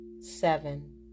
seven